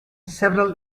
several